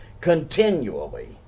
continually